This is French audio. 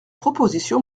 proposition